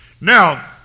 Now